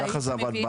ככה זה עבד בעבר.